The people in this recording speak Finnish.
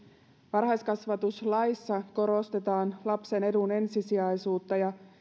varhaiskasvatuslaissa korostetaan lapsen edun ensisijaisuutta ja